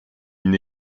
une